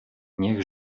niech